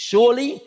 Surely